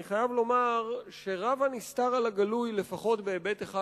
אני חייב לומר שרב הנסתר על הגלוי לפחות בהיבט אחד,